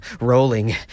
rolling